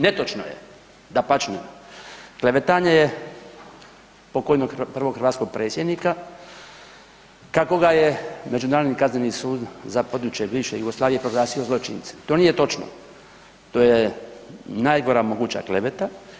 Netočno je, dapače, klevetanje je pokojnog prvog hrvatskog predsjednika kako ga je Međunarodni kazneni sud za područje bivše Jugoslavije proglasio zločincem, to nije točno, to je najgora moguća kleveta.